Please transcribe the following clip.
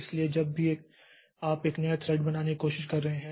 इसलिए जब भी आप एक नया थ्रेड बनाने की कोशिश कर रहे हैं